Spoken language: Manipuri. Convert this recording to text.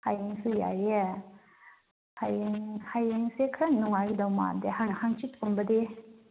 ꯍꯌꯦꯡꯁꯨ ꯌꯥꯏꯌꯦ ꯍꯌꯦꯡ ꯍꯌꯦꯡꯁꯦ ꯈꯔ ꯅꯨꯡꯉꯥꯏꯒꯗꯧꯕ ꯃꯥꯟꯗꯦ ꯍꯪꯆꯤꯠꯀꯨꯝꯕꯗꯤ